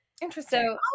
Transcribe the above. interesting